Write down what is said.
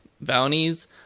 bounties